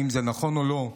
אם זה נכון או לא.